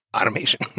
automation